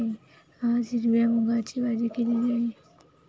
आज हिरव्या मूगाची भाजी केलेली आहे